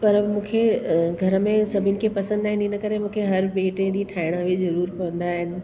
पर मूंखे घर में सभिनि खे पसंदि आहिनि हिन करे मूंखे हर ॿिए टे ॾींहं ठाहिणा बि ज़रूर पवंदा आहिनि